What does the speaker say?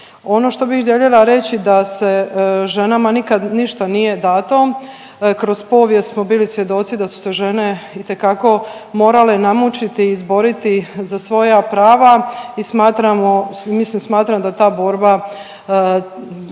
Ono što bih željela reći da se ženama nikad ništa nije dato. Kroz povijest smo bili svjedoci da su se žene itekako morale namučiti i izboriti za svoja prava i smatramo, mislim smatram da ta borba